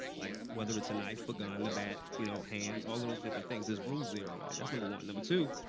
like, whether it's a knife, a gun, a bat, you know hands, all those different things. there's rules there already. that's number one. number two,